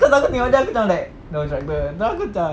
kau tahu aku tengok dia aku macam like no instructor terus aku macam